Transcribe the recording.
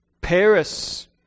Paris